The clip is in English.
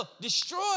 destroy